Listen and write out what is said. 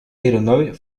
aeronave